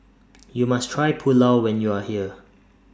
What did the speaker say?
YOU must Try Pulao when YOU Are here